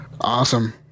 Awesome